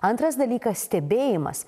antras dalykas stebėjimas